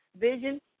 vision